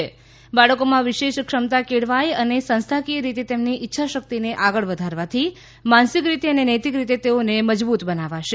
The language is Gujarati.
તેમણે કહ્યું કે બાળકોમાં વિશેષ ક્ષમતા કેળવાય અને સંસ્થાકીય રીતે તેમની ઇચ્છાશક્તિને આગળ વધારવાથી માનસિક રીતે અને નૈતિક રીતે તેઓને મજબૂત બનાવશે